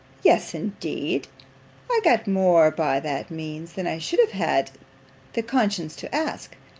yes, indeed i got more by that means, than i should have had the conscience to ask.